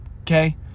okay